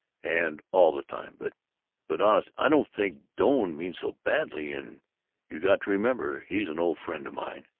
and all the time! but but honestly, i don't think doane means so badly, and you got to remember he's an old friend of mine.